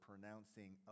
pronouncing